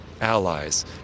allies